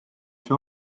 see